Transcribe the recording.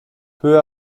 peu